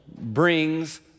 brings